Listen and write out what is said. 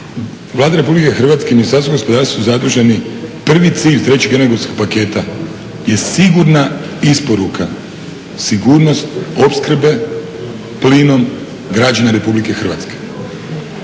Vlada Republike Hrvatske i Ministarstvo gospodarstva su zaduženi prvi cilj trećeg energetskog paketa je sigurna isporuka, sigurnost opskrbe plinom građana Republike Hrvatske.